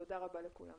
תודה רבה לכולם